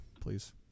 please